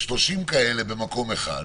30 כאלה במקום אחד,